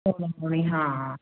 ਹੁਣ ਹੁਣੀ ਹਾਂ